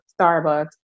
Starbucks